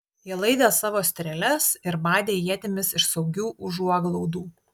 jie laidė savo strėles ir badė ietimis iš saugių užuoglaudų